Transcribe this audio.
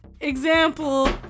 example